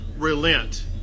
Relent